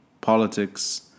politics